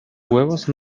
huevos